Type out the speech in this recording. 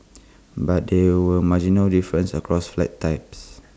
but there were marginal differences across flat types